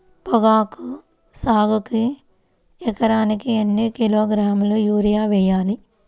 పొగాకు సాగుకు ఎకరానికి ఎన్ని కిలోగ్రాముల యూరియా వేయాలి?